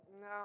no